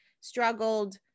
struggled